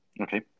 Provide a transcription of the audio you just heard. Okay